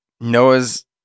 Noah's